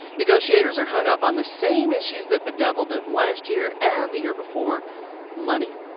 negotiators are hung up on the same issues that bedeviled them last year, and the year before money.